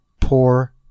poor